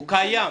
הוא קיים.